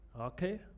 Okay